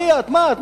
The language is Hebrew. מי את ?מה את?